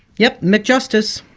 yes. mcjustice.